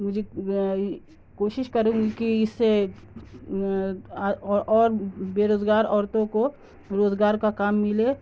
مجھے کوشش کروں گی کہ اس سے اور بے روزگار عورتوں کو روزگار کا کام ملے